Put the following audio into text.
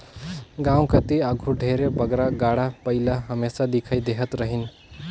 गाँव कती आघु ढेरे बगरा गाड़ा बइला हमेसा दिखई देहत रहिन